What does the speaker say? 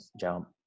jump